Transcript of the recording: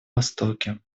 востоке